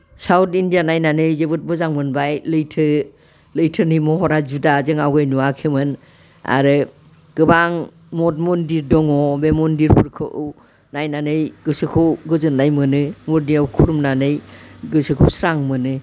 south India नायनानै जोबोद मोजां मोनबाय लैथो लैथोनि महरा जुदा जों आवगाय नुवाखैमोन आरो गोबां मथ मन्दिर दङ बे मन्दिरफोरखौ नायनानै गोसोखौ गोजोननाय मोनो मन्दिराव खुलुमनानै गोसोखौ स्रां मोनो